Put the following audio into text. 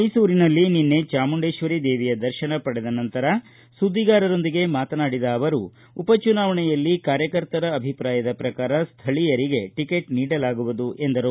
ಮೈಸೂರಿನ ಚಾಮುಂಡೇಶ್ವರಿ ದರ್ಶನ ಪಡೆದ ನಂತರ ಸುದ್ದಿಗಾರರೊಂದಿಗೆ ಮಾತನಾಡಿದ ಅವರು ಉಪ ಚುನಾವಣೆಯಲ್ಲಿ ಕಾರ್ಯಕರ್ತರ ಅಭಿಪ್ರಾಯದ ಪ್ರಕಾರ ಸ್ಥಳೀಯರಿಗೆ ಟಿಕೆಟ್ ನೀಡಲಾಗುವುದು ಎಂದರು